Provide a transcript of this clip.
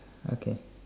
okay